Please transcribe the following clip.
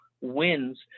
wins